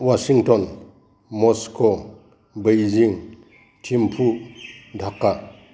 Washington Moscow Beijing Thimphu Dhaka